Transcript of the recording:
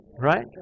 Right